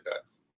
guys